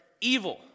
Evil